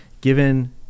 given